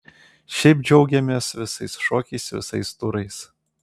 šiaip džiaugiamės visais šokiais visais turais